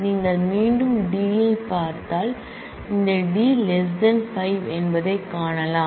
நீங்கள் மீண்டும் டி ஐப் பார்த்தால் இந்த டி 5 என்பதைக் காணலாம்